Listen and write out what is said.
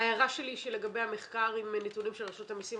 ההערה שלי לגבי המחקר עם הנתונים של רשות המסים,